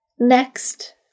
Next